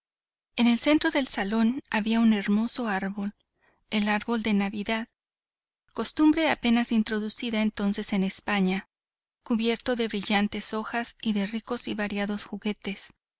en el centro del salón había un hermoso árbol el árbol de navidad costumbre apenas introducida entonces en españa cubierto de brillantes hojas y de ricos y variados juguetes